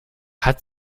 hat